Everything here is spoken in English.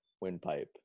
windpipe